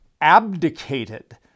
abdicated